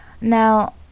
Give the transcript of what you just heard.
Now